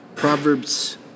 Proverbs